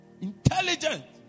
intelligent